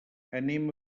anem